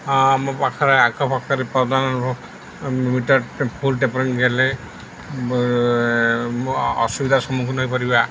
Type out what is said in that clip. ହଁ ଆମ ପାଖରେ ଆଖପାଖରେ ବର୍ତ୍ତମାନ ମିଟର୍ ଫୁଲ୍ ଟେମ୍ପରିଂ ହେଲେ ଅସୁବିଧାର ସମ୍ମୁଖୀନ ହୋଇପାରିବା